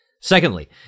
Secondly